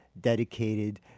dedicated